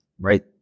right